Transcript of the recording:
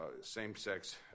same-sex